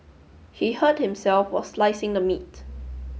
he hurt himself while slicing the meat